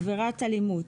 "עבירת אלימות"